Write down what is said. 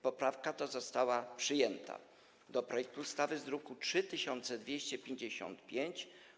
Poprawka ta została przyjęta do projektu ustawy z druku nr 3255.